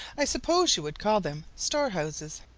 i suppose you would call them storehouses.